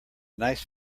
nice